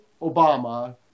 Obama